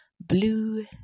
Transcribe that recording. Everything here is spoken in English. blue